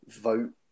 vote